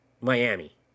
Miami